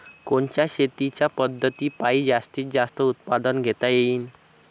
कोनच्या शेतीच्या पद्धतीपायी जास्तीत जास्त उत्पादन घेता येईल?